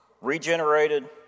regenerated